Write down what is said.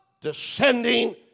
descending